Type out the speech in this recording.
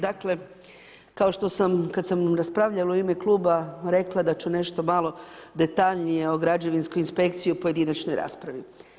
Dakle, kao što sam, kad sam raspravljala u ime Kluba rekla da ću nešto malo detaljnije o građevinskoj inspekciji u pojedinačnoj raspravi.